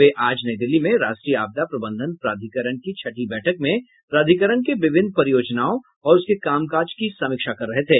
वे आज नई दिल्ली में राष्ट्रीय आपदा प्रबंधन प्रधिकरण की छठी बैठक में प्राधिकरण के विभिन्न परियोजनाओं और उसके कामकाज की समीक्षा कर रहे थे